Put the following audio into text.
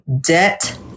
debt